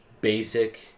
basic